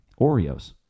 Oreos